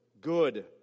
good